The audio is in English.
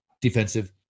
defensive